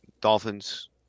Dolphins